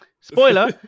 Spoiler